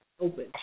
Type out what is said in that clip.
open